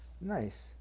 nice